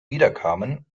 wiederkamen